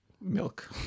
milk